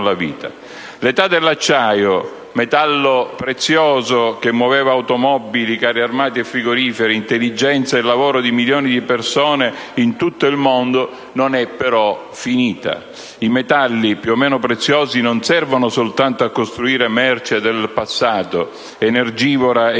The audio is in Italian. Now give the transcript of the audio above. L'età dell'acciaio - metallo prezioso che muoveva automobili, carri armati e frigoriferi, intelligenze e lavoro di milioni in tutto il mondo - non è però finita. I metalli, più o meno preziosi, non servono soltanto a costruire merce del passato, energivora e